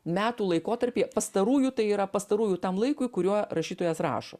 metų laikotarpyje pastarųjų tai yra pastarųjų tam laikui kuriuo rašytojas rašo